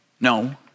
No